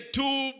two